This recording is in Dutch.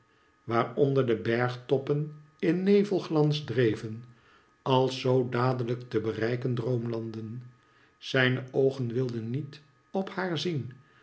waaronder de bergtoppen in nevelglans dreven als zoo dadelijk te bereiken droomlanden zijne oogen wilden niet op haar zien